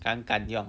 敢敢用